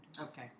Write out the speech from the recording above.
Okay